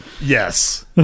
Yes